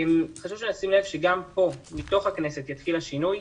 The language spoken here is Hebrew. חשוב שנשים לב שגם פה בתוך הכנסת יתחיל השינוי.